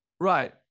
Right